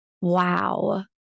wow